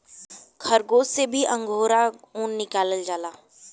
खरगोस से भी अंगोरा ऊन निकालल जाला